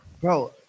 bro